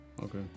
Okay